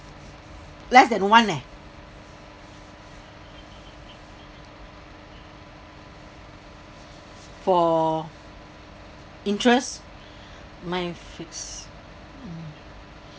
less than one eh for interest mine fixed mm